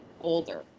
older